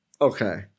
Okay